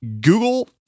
Google